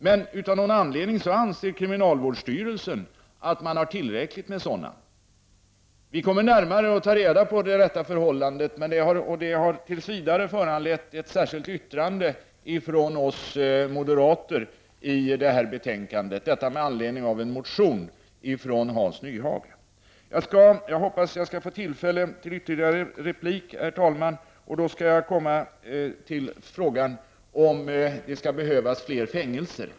Men av någon anledning anser kriminalvårdsstyrelsen att det finns tillräckligt många narkotikahundar. Jag kommer att närmare ta reda på det rätta förhållandet, och det har tills vidare föranlett ett särskilt yttrande från oss moderater till detta betänkande, med anledning av en motion av Hans Nyhage. Jag hoppas att jag får tillfälle till ytterligare en replik, herr talman, och då skall jag komma till frågan om det skall behövas fler fängelser.